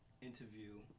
interview